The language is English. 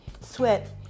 sweat